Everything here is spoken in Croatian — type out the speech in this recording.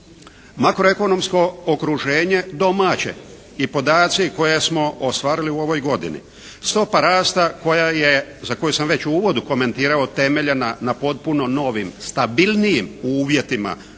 makroekonomsko okruženje domaće i podaci koje smo ostvarili u ovoj godini, stopa rasta za koju sam već u uvodu komentirao temeljena na potpuno novim stabilnijim uvjetima